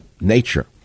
nature